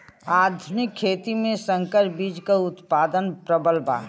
आधुनिक खेती में संकर बीज क उतपादन प्रबल बा